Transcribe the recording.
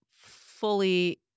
fully